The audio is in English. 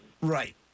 Right